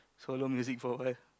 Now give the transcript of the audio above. solo music for awhile